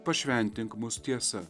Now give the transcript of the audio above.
pašventink mus tiesa